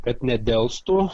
kad nedelstų